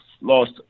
lost